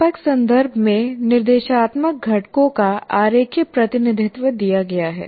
व्यापक संदर्भ में निर्देशात्मक घटकों का आरेखीय प्रतिनिधित्व दिया गया है